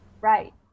Right